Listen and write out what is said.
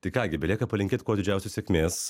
tai ką gi belieka palinkėt kuo didžiausios sėkmės